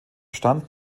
stand